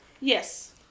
Yes